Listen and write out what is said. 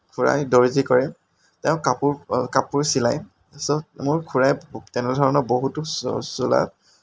খুৰাই দৰ্জী কৰে তেওঁ কাপোৰ কাপোৰ চিলায় তাৰপিছত মোৰ খুৰাই তেনেধৰণৰ বহুতো চো চোলা